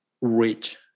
rich